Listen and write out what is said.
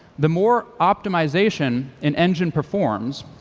the more optimization an engine performs,